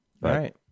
right